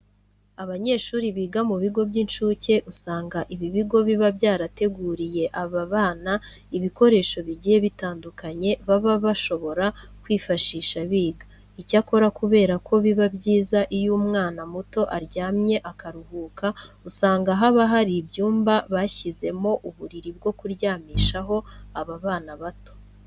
Abanyeshuri biga mu bigo by'incuke usanga ibi bigo biba byarateguriye aba bana ibikoresho bigiye bitandukanye baba bashobora kwifashisha biga. Icyakora kubera ko biba byiza iyo umwana muto aryamye akaruhuka, usanga haba hari ibyumba bashyizemo uburiri bwo kuryamishaho aba bana bato.